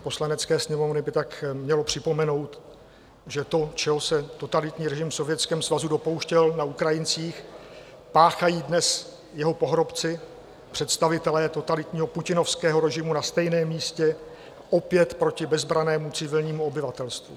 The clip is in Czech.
Poslanecké sněmovny by tak mělo připomenout, že to, čeho se totalitní režim v Sovětském svazu dopouštěl na Ukrajincích, páchají dnes jeho pohrobci, představitelé totalitního putinovského režimu na stejném místě, opět proti bezbrannému civilnímu obyvatelstvu.